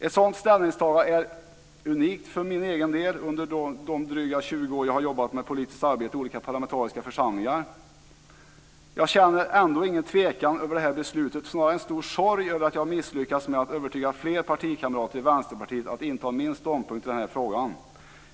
Ett sådant ställningstagande är unikt för min egen del under de drygt 20 år jag jobbat med politiskt arbete i olika parlamentariska församlingar. Jag känner ändå ingen tvekan över beslutet, snarare en stor sorg över att jag misslyckats med att övertyga fler partikamrater i Vänsterpartiet att inta min ståndpunkt i den här frågan.